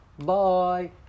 Bye